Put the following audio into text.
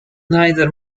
neither